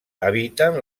habiten